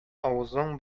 авызың